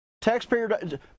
taxpayer